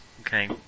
Okay